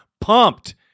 pumped